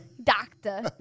doctor